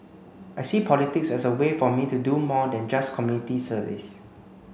I see politics as a way for me to do more than just community service